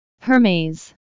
Hermes